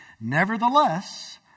Nevertheless